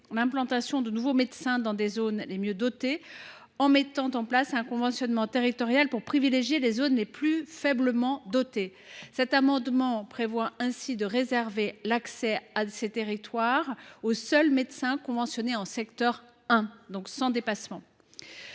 l’implantation de nouveaux médecins dans les zones les mieux dotées, en mettant en place un conventionnement territorial pour privilégier les zones les plus faiblement dotées. L’amendement tend ainsi à réserver l’accès aux territoires les mieux dotés aux seuls médecins conventionnés en secteur 1, c’est à dire sans dépassements